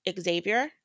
Xavier